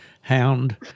Hound